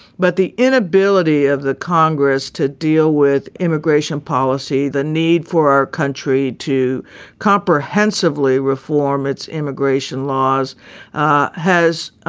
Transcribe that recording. but the inability of the congress to deal with immigration policy, the need for our country to comprehensively reform its immigration laws ah has